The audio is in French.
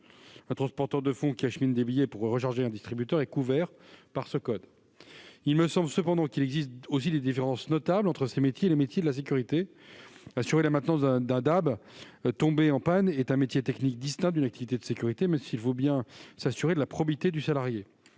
Un transporteur de fonds qui achemine des billets pour recharger un distributeur est couvert par ce code. Il me semble cependant qu'il existe aussi des différences notables entre ces métiers et ceux de la sécurité. Assurer la maintenance d'un DAB tombé en panne est un métier technique d'une activité de sécurité, même s'il faut bien évidemment s'assurer de la probité du salarié.